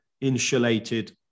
insulated